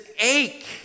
ache